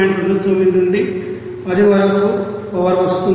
29 నుండి 10 వరకు పవర్ వస్తుంది